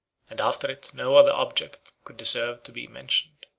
and after it no other object could deserve to be mentioned.